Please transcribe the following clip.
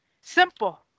Simple